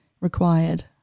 required